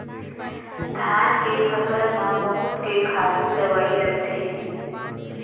धान के फसल म बहुत के खातू दवई लगथे